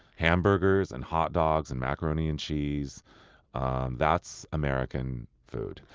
hamburgers, and hot dogs, and macaroni and cheese and that's american food.